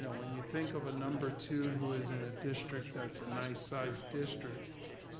when you think of a number two who is in a district that's a nice sized district,